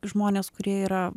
žmones kurie yra